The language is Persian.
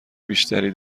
بیشتری